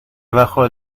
bajo